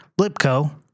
Blipco